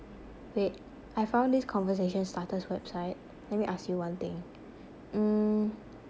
wait I found this conversation starters website let me ask you one thing mm